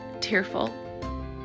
tearful